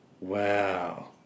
Wow